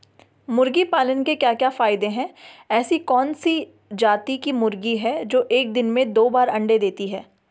मुर्गी पालन के क्या क्या फायदे हैं ऐसी कौन सी जाती की मुर्गी है जो एक दिन में दो बार अंडा देती है?